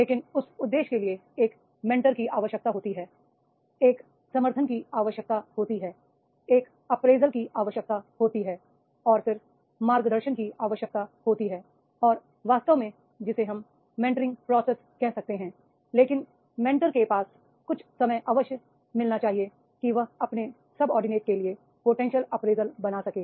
लेकिन उस उद्देश्य के लिए एक मेंटर की आवश्यकता होती है एक समर्थन की आवश्यकता होती है एक अप्रेजल की आवश्यकता होती है और फिर मार्गदर्शन की आवश्यकता होती है और वास्तव में जिसे हम मेंट रिंग प्रोसेस कह सकते हैं लेकिन मेंटर के पास कुछ समय अवश्य मिलना चाहिए कि वह अपने सबोर्डिनेट के लिए पोटेंशियल अप्रेजल बना सके